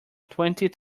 twenty